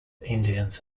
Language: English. indians